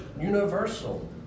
universal